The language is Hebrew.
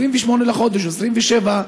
28 בחודש, או 27,